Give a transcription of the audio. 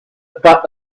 part